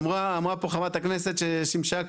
אמרה פה חברת הכנסת ששימשה,